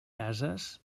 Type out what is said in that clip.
ases